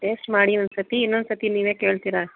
taste ಮಾಡಿ ಒಂದುಸತಿ ಇನ್ನೊಂದು ಸರ್ತಿ ನೀವೆ ಕೇಳ್ತಿರಾ